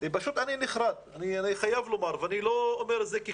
אני פשוט נחרד, ואני לא אומר את זה כקלישאה.